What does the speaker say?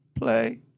play